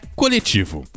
coletivo